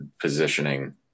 positioning